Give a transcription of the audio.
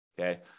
okay